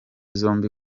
zombi